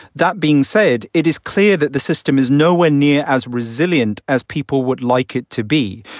that being said, it is clear that the system is nowhere near as resilient as people would like it to be.